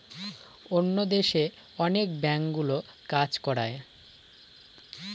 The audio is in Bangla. অন্য দেশে অনেক ব্যাঙ্কগুলো কাজ করায়